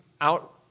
out